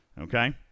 Okay